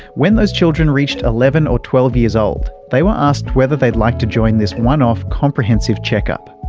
when those children reached eleven or twelve years old, they were asked whether they'd like to join this one-off comprehensive check-up.